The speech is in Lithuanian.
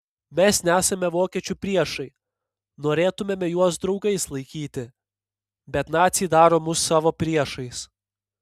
mes nesame vokiečių priešai norėtumėme juos draugais laikyti bet naciai daro mus savo priešais